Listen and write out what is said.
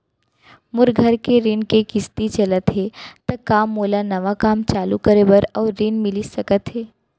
मोर घर के ऋण के किसती चलत हे ता का मोला नवा काम चालू करे बर अऊ ऋण मिलिस सकत हे?